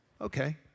Okay